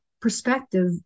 perspective